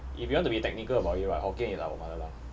if you want to be technical about it right hokkien is our mother tongue